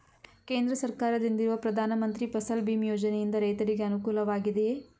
ಕೇಂದ್ರ ಸರ್ಕಾರದಿಂದಿರುವ ಪ್ರಧಾನ ಮಂತ್ರಿ ಫಸಲ್ ಭೀಮ್ ಯೋಜನೆಯಿಂದ ರೈತರಿಗೆ ಅನುಕೂಲವಾಗಿದೆಯೇ?